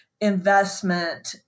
investment